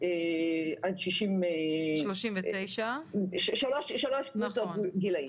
שלוש קבוצות גיל.